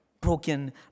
Broken